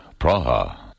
Praha